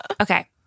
Okay